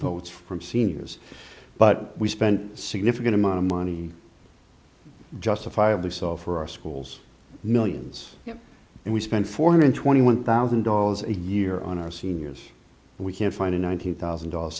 posts from seniors but we spend a significant amount of money justifiably so for our schools millions and we spend four hundred twenty one thousand dollars a year on our seniors we can't find a ninety thousand dollars